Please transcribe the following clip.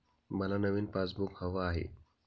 मला नवीन पासबुक हवं आहे